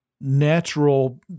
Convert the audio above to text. natural